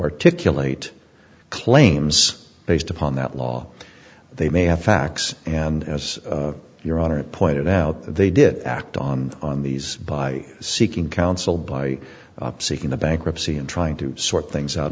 articulate claims based upon that law they may have facts and as your honor pointed out they did act on on these by seeking counsel by seeking the bankruptcy and trying to sort things out